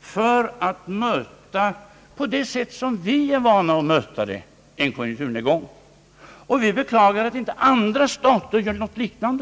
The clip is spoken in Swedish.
för en strävan att på samma sätt som vi är vana vid möta en konjunkturnedgång. Vi beklagar att inte andra stater gör något liknande.